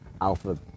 alpha